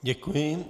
Děkuji.